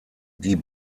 die